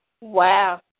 Wow